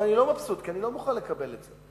אבל אני לא מבסוט, כי אני לא מוכן לקבל את זה.